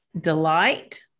delight